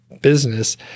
business